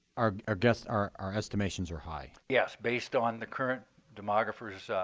our our guess our our estimations are high. yes, based on the current demographers